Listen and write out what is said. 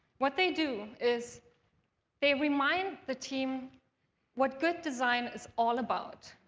what they do is they remind the team what good design is all about,